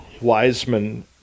Wiseman